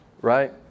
right